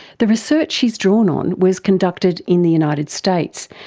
the research she's drawn on was conducted in the united states,